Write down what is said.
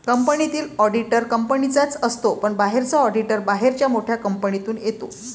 कंपनीतील ऑडिटर कंपनीचाच असतो पण बाहेरचा ऑडिटर बाहेरच्या मोठ्या कंपनीतून येतो